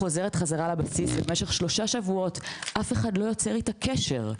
וחוזרת חזרה לבסיס ובמשך שלושה שבועות אף אחד לא יוצר איתה קשר,